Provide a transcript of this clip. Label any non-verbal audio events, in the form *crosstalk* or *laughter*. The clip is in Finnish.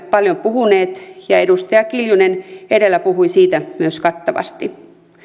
*unintelligible* paljon puhuneet ja edustaja kiljunen edellä puhui siitä myös kattavasti